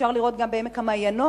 אפשר לראות גם בעמק המעיינות,